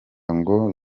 ngo